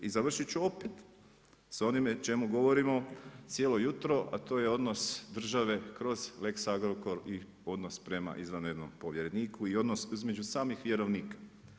I završit ću opet, s onime o čemu govorimo cijelo jutro a to je odnos države kroz Lex Agrokor i odnos prema izvanrednom povjereniku i odnos između samih vjerovnika.